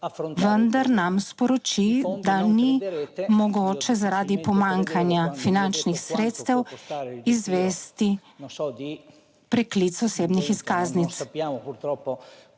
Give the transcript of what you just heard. Vendar nam sporoči, da ni mogoče zaradi pomanjkanja finančnih sredstev izvesti preklic osebnih izkaznic,